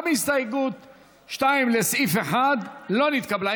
גם הסתייגות 2, לסעיף 1, לא נתקבלה.